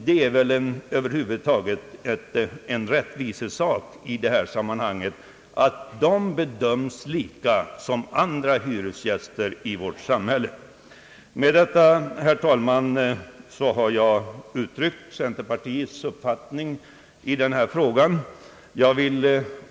Det är väl en rättvisesak, att dessa grupper bedöms likadant som andra hyresgäster i vårt samhälle. Med detta, herr talman, har jag uttryckt centerpartiets uppfattning i denna fråga.